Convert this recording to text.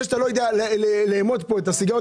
זה שאתה לא יודע לאמוד כאן את הסיגריות